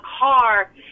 car